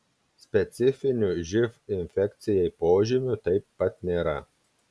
specifinių živ infekcijai požymių taip pat nėra